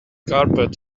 carpet